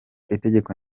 itegeko